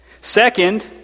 Second